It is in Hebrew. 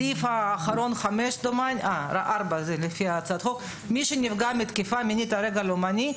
סעיף 5. "מי שנפגע מתקיפה מינית על רקע לאומני,